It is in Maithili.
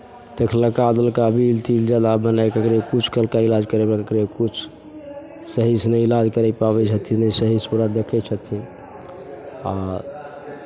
देखलका बेलका बिल तिल जादा बनाय कऽ ककरो किछु केलकै इलाज करबै लए केलकै किछु सहीसँ नहि इलाज कराय पाबै छथिन नहि सहीसँ पूरा देखै छथिन आ